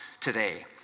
today